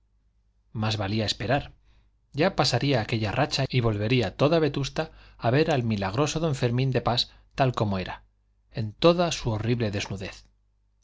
más valía esperar ya pasaría aquella racha y volvería toda vetusta a ver al milagroso don fermín de pas tal como era en toda su horrible desnudez